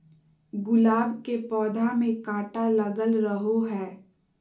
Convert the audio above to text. गुलाब के पौधा में काटा लगल रहो हय